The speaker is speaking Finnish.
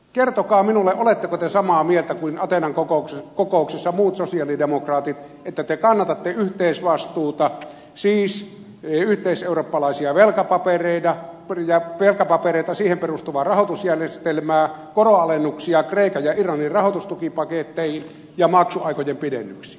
kertokaa minulle oletteko te samaa mieltä kuin ateenan kokouksessa muut sosialidemokraatit että te kannatatte yhteisvastuuta siis yhteiseurooppalaisia velkapapereita siihen perustuvaa rahoitusjärjestelmää koronalennuksia kreikan ja irlannin rahoitustukipaketteihin ja maksuaikojen pidennyksiin